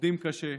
עובדים קשה.